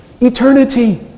Eternity